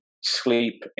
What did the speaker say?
sleep